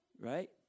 right